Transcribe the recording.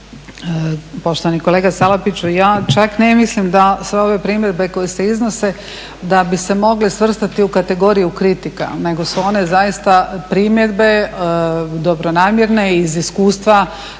Poštovani kolega Salapiću, ja čak ne mislim da sve ove primjedbe koje se iznose da bi se mogle svrstati u kategoriju kritika nego su one zaista primjedbe dobronamjerne i iz iskustva